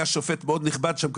היה שופט מאוד נכבד שם,